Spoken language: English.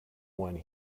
one